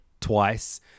twice